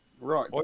Right